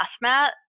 mat